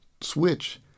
switch